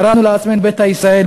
קראנו לעצמנו "ביתא ישראל",